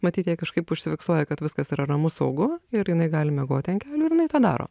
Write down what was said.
matyt jai kažkaip užsifiksuoja kad viskas yra ramu saugu ir jinai gali miegoti ant kelių ir jinai tą daro